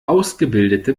ausgebildete